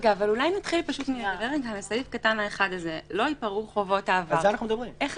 נתחיל מפסקה (1): "לא ייפרעו חובות העבר" אילו